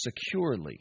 securely